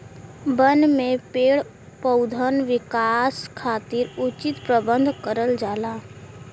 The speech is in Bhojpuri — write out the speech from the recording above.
बन में पेड़ पउधन विकास खातिर उचित प्रबंध करल जाला